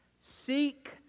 Seek